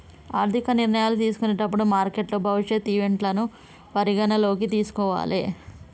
ఆర్థిక నిర్ణయాలు తీసుకునేటప్పుడు మార్కెట్ భవిష్యత్ ఈవెంట్లను పరిగణనలోకి తీసుకోవాలే